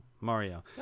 Mario